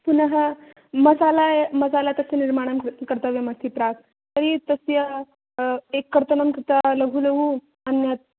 पुनः मसाला मसाला तस्य निर्माणं क्रत् कर्तव्यमस्ति प्राक् तर्हि तस्य एक कर्तनं कृत्वा लघु लघु अन्यत्